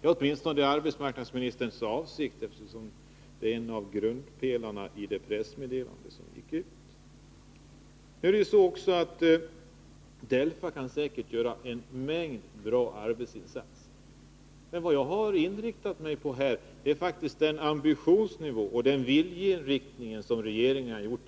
Det är åtminstone arbetsmarknadsministerns avsikt, eftersom det är en av grundpelarna i det pressmeddelande som gick ut. DELFA kan säkert göra en mängd bra arbetsinsatser. Men vad jag inriktat mig på här är den ambitionsnivå och den viljeinriktning som regeringen